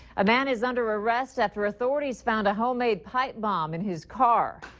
a man is under arrest. after authorities found a homemade pipe bomb in his car.